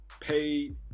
paid